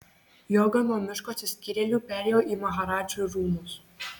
joga nuo miško atsiskyrėlių perėjo į maharadžų rūmus